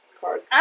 card